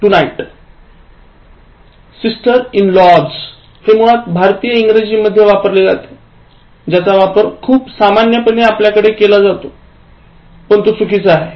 sister in laws हे मुळात भारतीय इंग्रजी मध्ये वापरले जातेज्याचा वापर खूप सामान्यपणे आपल्याकडे केला जातो पण ते चूक आहे